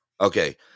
Okay